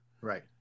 right